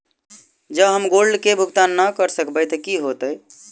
जँ हम gold loan केँ भुगतान न करऽ सकबै तऽ की होत?